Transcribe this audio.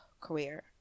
career